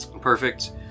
perfect